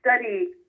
study